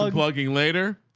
like plugging later.